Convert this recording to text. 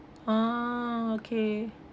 ah okay